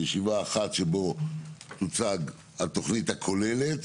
ישיבה אחת שבה תוצג התוכנית הכוללת,